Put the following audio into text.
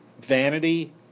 vanity